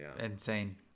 Insane